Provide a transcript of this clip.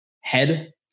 Head